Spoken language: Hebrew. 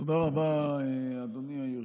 תודה רבה, אדוני היושב-ראש.